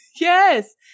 Yes